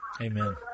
Amen